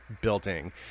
building